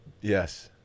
Yes